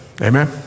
amen